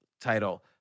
title